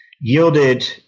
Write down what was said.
yielded